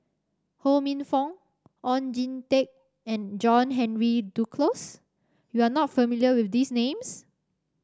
Ho Minfong Oon Jin Teik and John Henry Duclos you are not familiar with these names